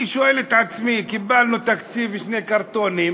אני שואל את עצמי, קיבלנו תקציב בשני קרטונים,